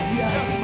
yes